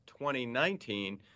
2019